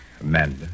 Amanda